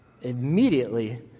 immediately